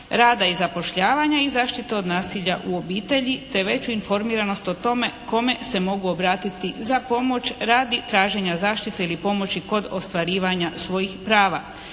rada i zapošljavanja i zaštite od nasilja u obitelji te veću informiranost o tome kome se mogu obratiti za pomoć radi traženja zaštite ili pomoći kod ostvarivanja svojih prava.